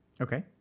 Okay